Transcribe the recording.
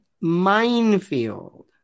minefield